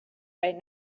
right